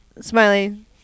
smiley